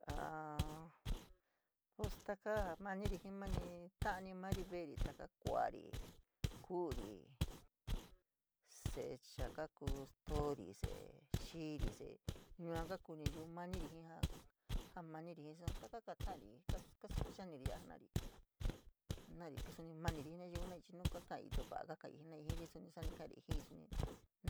Aa pues takaa jaa maniri iii mani ta’ani mani ve’eri taka kua’ari, ku’uri, se’e chaa kakuy stori, se’e xiiri, se’e yua ka kuu nayiu maniri jii ja maniri jii saa taka kuata’ari jii kasuku yaaniri yaa jenari te suni kuata’ari jii nayiu jenaii chii nu kaka’aii te va’a kaka’aii jenaii jiri tee suni sani ka’ari jiíí suni,